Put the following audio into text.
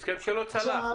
הסכם לא צלח.